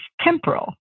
temporal